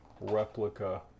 replica